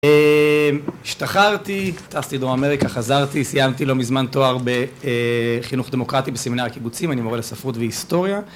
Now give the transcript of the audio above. השתחררתי, טסתי דרום אמריקה, חזרתי, סיימתי לא מזמן תואר בחינוך דמוקרטי בסמינר הקיבוצים, אני מורה לספרות והיסטוריה